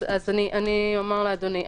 אז אני אומר לאדוני.